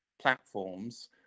platforms